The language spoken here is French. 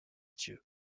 dieu